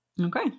Okay